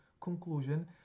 conclusion